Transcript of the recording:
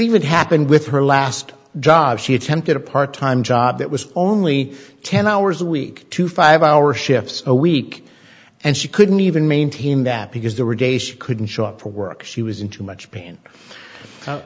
even happened with her last job she attempted a part time job that was only ten hours a week to five hour shifts a week and she couldn't even maintain that because there were days she couldn't show up for work she was in too much pain how